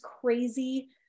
crazy